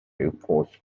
reinforced